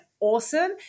Awesome